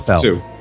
two